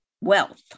wealth